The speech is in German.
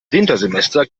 wintersemester